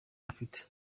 afite